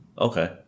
Okay